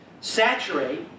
saturate